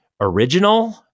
original